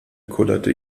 kullerte